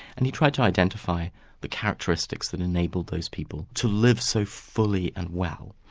and he tried to identify the characteristics that enabled those people to live so fully and well.